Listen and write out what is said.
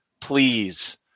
Please